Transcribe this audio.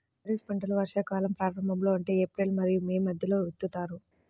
ఖరీఫ్ పంటలను వర్షాకాలం ప్రారంభంలో అంటే ఏప్రిల్ మరియు మే మధ్యలో విత్తుతారు